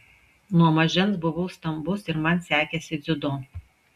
nuo mažens buvau stambus ir man sekėsi dziudo